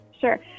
sure